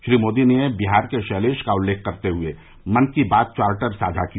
श्री मोदी ने बिहार के शैलेष का उल्लेख करते हए मन की बात चार्टर साझा किया